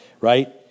right